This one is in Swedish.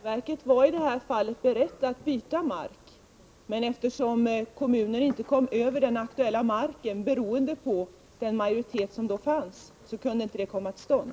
Herr talman! Domänverket var i detta fall berett att byta mark, men eftersom kommunen inte kom över den aktuella marken, beroende på den dåvarande majoriteten, kunde det inte komma till stånd.